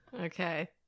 Okay